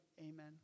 Amen